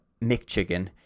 McChicken